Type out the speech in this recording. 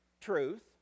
truth